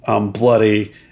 bloody